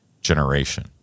generation